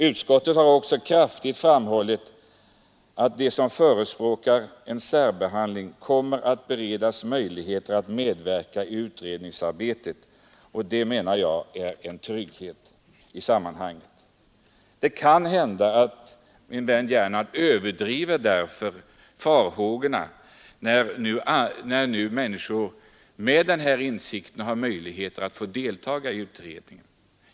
Utskottet har också kraftigt framhållit att de som förespråkar en särbehandling kommer att beredas möjligheter att medverka i utredningsarbetet, och det anser jag vara en trygghet i sammanhanget. Det kan hända att min vän Gernandt överdriver farhågorna, när nu människor med den här insikten får möjlighet att delta i utredningen.